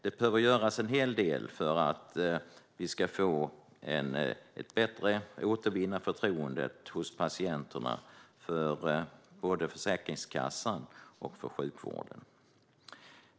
Det behöver göras en hel del för att återvinna patienternas förtroende för både Försäkringskassan och sjukvården.